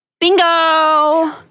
Bingo